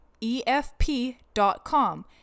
efp.com